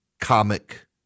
comic